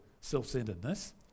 self-centeredness